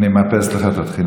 אתה רוצה, טופורובסקי?